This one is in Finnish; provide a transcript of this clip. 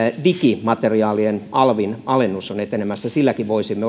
digimateriaalien alvin alennus on etenemässä silläkin voisimme